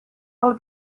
del